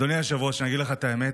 אדוני היושב-ראש, אני אגיד לך את האמת,